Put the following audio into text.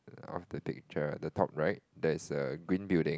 of the danger the top right there's a green building